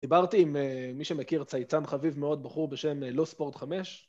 דיברתי עם מי שמכיר צייצן חביב מאוד בחור בשם לא ספורט 5.